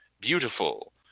beautiful